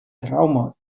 trauma